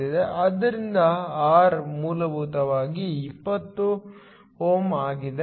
ಆದ್ದರಿಂದ ಆರ್ ಮೂಲಭೂತವಾಗಿ 20Ω ಆಗಿದೆ